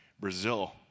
Brazil